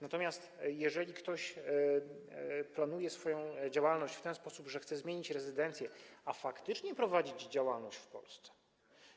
Natomiast jeżeli ktoś planuje swoją działalność w ten sposób, że chce zmienić rezydencję, a faktycznie prowadzić działalność w Polsce,